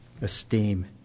esteem